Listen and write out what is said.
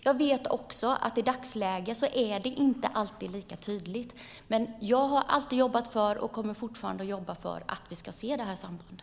Jag vet att det i dagsläget inte alltid är lika tydligt, men jag har alltid jobbat för och kommer att fortsätta att jobba för att vi ska se det sambandet.